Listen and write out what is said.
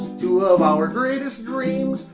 two of our greatest dreams,